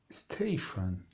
station